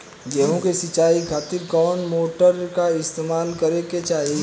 गेहूं के सिंचाई खातिर कौन मोटर का इस्तेमाल करे के चाहीं?